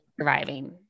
Surviving